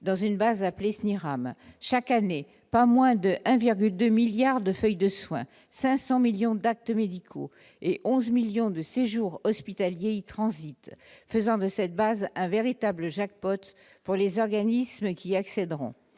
dans une base appelée Sunny IRAM chaque année pas moins de 1,2 milliard de feuilles de soins 500 millions d'actes médicaux et 11 millions de séjours hospitaliers y transitent, faisant de cette base un véritable Jackpot pour les organismes qui accéderont